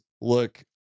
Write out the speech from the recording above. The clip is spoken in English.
look